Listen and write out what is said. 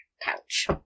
pouch